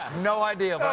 no idea,